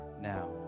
now